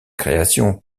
création